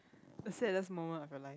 the saddest moment of your life